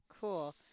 cool